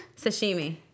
sashimi